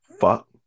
Fuck